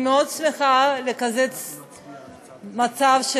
אני מאוד שמחה על המצב הזה,